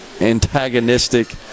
antagonistic